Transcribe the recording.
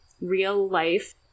real-life